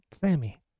Sammy